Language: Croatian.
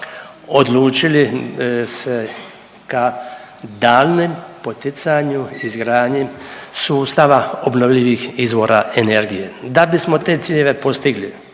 odlučili se ka daljnjem poticanju i izgradnji sustava obnovljivih izvora energije. Da bismo te ciljeve postigli